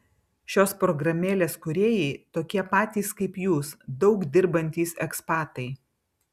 šios programėlės kūrėjai tokie patys kaip jūs daug dirbantys ekspatai